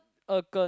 Er-Gen